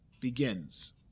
begins